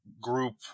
group